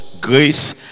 grace